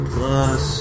Plus